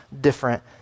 different